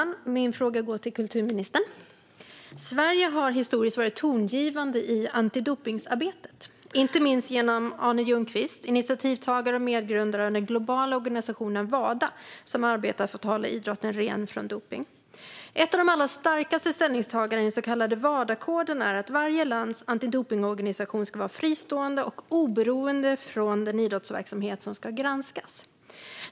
Fru talman! Min fråga går till kulturministern. Sverige har historiskt varit tongivande i antidopningsarbetet - inte minst genom Arne Ljungqvist, initiativtagare till och medgrundare av den globala organisationen Wada, som arbetar för att hålla idrotten ren från dopning. Ett av de allra starkaste ställningstagandena i den så kallade Wadakoden är att varje lands antidopningsorganisation ska vara fristående och oberoende från den idrottsverksamhet som ska granskas.